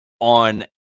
on